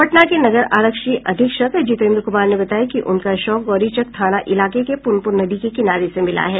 पटना के नगर आरक्षी अधीक्षक जितेन्द्र कुमार ने बताया कि उनका शव गौरीचक थाना इलाके के पुनपुन नदी के किनारे से मिला है